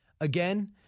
again